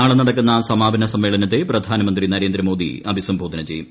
നാളെ നടക്കുന്ന സമാപന സമ്മേളനത്തെ പ്രധാനമന്ത്രി നരേന്ദ്രമോദി അഭിസംബോധന ചെയ്യും